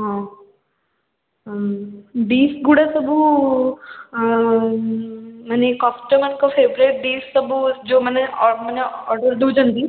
ହଁ ଡିଶ୍ ଗୁଡ଼ା ସବୁ ମାନେ କଷ୍ଟମର୍ଙ୍କ ଫେବରେଟ୍ ଡିଶ୍ ସବୁ ଯେଉଁମାନେ ମାନେ ଅର୍ଡ଼ର୍ ଦେଉଛନ୍ତି